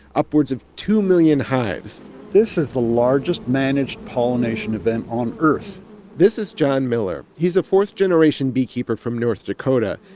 upwards of two million hives this is the largest managed pollination event on earth this is john miller. he's a fourth-generation beekeeper from north dakota.